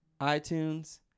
iTunes